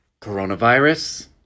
Coronavirus